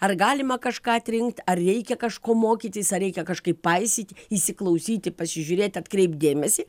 ar galima kažką atrinkt ar reikia kažko mokytis ar reikia kažkaip paisyt įsiklausyti pasižiūrėt atkreipt dėmesį